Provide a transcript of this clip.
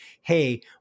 hey